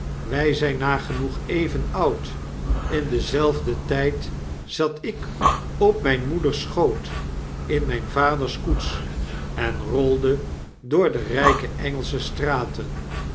wy zyn nagenoeg even oud in dienzelf den tyd zat ik op myn moeders schoot in myn vaders koets en rolde door de ryke engelsche straten